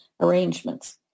arrangements